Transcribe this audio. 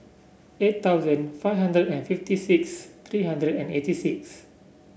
eight thousand five hundred and fifty six three hundred and eighty six